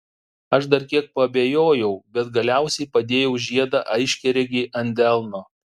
aš dar kiek paabejojau bet galiausiai padėjau žiedą aiškiaregei ant delno